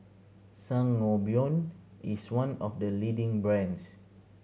Sangobion is one of the leading brands